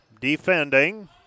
defending